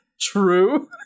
True